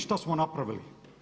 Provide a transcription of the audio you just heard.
Šta smo napravili?